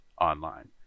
online